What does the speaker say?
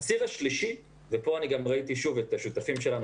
הציר השלישי ופה ראיתי את השותפים שלנו